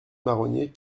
marronniers